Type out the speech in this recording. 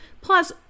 Plus